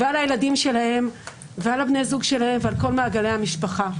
ועל הילדים שלהם ועל בני הזוג שלהם ועל כל מעגלי המשפחה.